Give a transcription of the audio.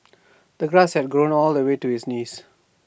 the grass had grown all the way to his knees